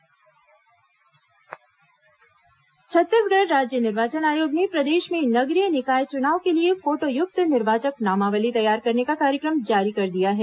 नगरीय निकाय चुनाव छत्तीसगढ़ राज्य निर्वाचन आयोग ने प्रदेश में नगरीय निकाय चुनाव के लिए फोटोयुक्त निर्वाचक नामावली तैयार करने का कार्यक्रम जारी कर दिया है